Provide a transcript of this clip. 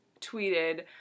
tweeted